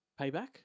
Payback